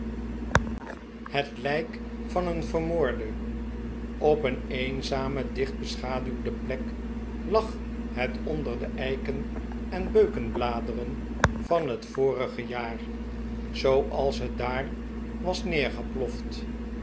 het lijk van een vermoorde op een eenzame dicht beschaduwde plek lag het onder de eiken en beukenbladeren van het vorige jaar zooals het daar was neergeploft